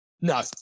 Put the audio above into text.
No